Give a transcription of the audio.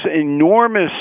enormous